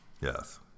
Yes